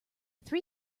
three